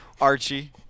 Archie